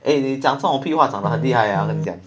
eh 你讲这种屁话讲得很厉害呀很假